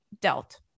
dealt